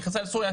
נכנסה לסוריה,